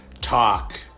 Talk